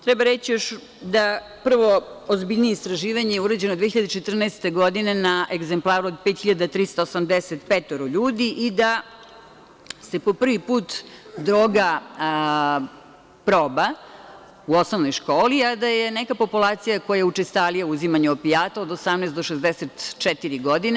Treba reći još da prvo ozbiljnije istraživanje je urađeno 2014. godine na egzemplaru od 5.385 ljudi i da se po prvi put droga proba u osnovnoj školi, a da je neka populacija koja je učestalija u uzimanju opijata od 18 do 64 godine.